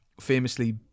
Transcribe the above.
famously